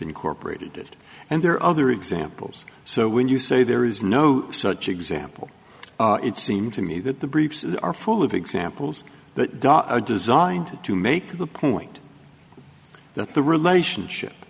incorporated it and there are other examples so when you say there is no such example it seemed to me that the briefs are full of examples that are designed to make the point that the relationship